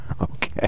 Okay